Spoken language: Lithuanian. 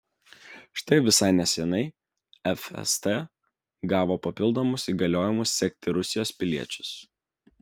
štai visai neseniai fst gavo papildomus įgaliojimus sekti rusijos piliečius